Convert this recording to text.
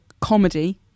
comedy